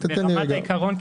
ברמת העיקרון,